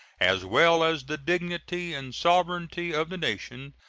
as well as the dignity and sovereignty of the nation,